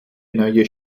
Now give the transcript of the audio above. neue